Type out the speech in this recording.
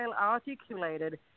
articulated